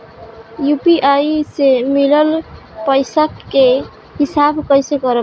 UPI से मिलल पईसा के हिसाब कइसे करब?